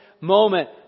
Moment